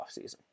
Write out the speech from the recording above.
offseason